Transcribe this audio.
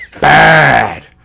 bad